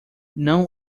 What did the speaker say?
não